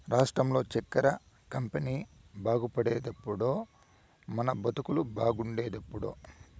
రాష్ట్రంలో చక్కెర కంపెనీ బాగుపడేదెప్పుడో మన బతుకులు బాగుండేదెప్పుడో